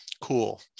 Cool